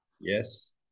Yes